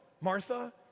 Martha